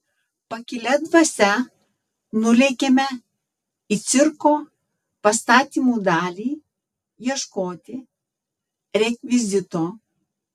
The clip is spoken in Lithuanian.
pakilia dvasia nulėkėme į cirko pastatymų dalį ieškoti rekvizito